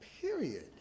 period